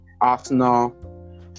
Arsenal